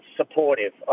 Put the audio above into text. supportive